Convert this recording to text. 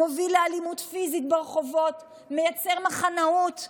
מוביל לאלימות פיזית ברחובות, מייצר מחנאות.